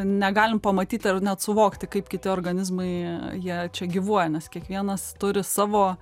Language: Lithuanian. negalim pamatyti ar net suvokti kaip kiti organizmai jie čia gyvuoja nes kiekvienas turi savo